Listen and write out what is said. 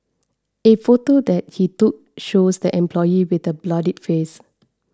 a photo that he took shows the employee with a bloodied face